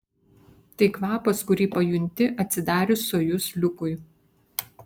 tai kvapas kurį pajunti atsidarius sojuz liukui